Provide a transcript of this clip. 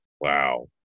Wow